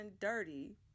dirty